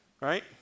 right